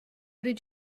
did